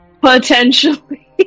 Potentially